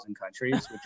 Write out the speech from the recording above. countries